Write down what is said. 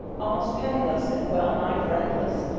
almost penniless and wellnigh friendless,